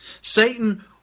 Satan